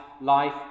life